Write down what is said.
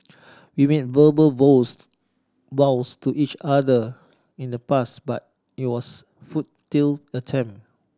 we made verbal vows to each other in the past but it was futile attempt